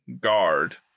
guard